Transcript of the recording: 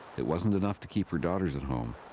it wasn't enough to keep her daughters at home,